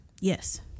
Yes